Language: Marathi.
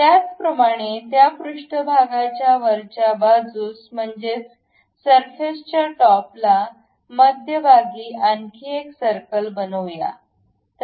त्याचप्रमाणे त्या पृष्ठभागाच्या वरच्या बाजूस म्हणजेच सरफेस च्या टॉपला मध्यभागी आणखी एक सरकल बनवूया